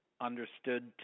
understood